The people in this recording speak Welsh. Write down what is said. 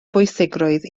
bwysigrwydd